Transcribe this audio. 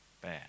bad